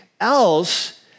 else